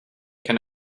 can